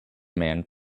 man